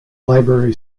library